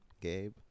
Gabe